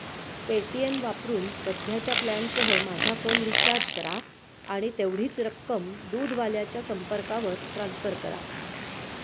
Paytm वापरून सध्याच्या प्लॅनसह माझा फोन रिचार्ज करा आणि तेवढीच रक्कम दूधवाल्याच्या संपर्कावर ट्रान्स्फर करा